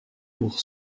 pour